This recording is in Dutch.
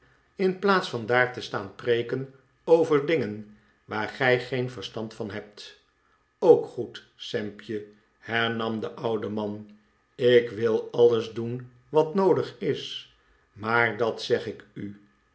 in plaats van daar te staan preeken over dingen waar gij geen verstand van hebt ook goed sampje hernam de oude man ik wil alles doen wat noodig is maar dat zeg ik u